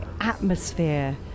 atmosphere